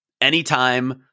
Anytime